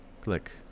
Click